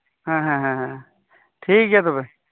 ᱦᱮᱸ ᱦᱮᱸ ᱴᱷᱤᱠᱜᱮᱭᱟ ᱛᱚᱵᱮ